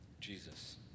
Jesus